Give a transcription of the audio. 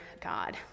God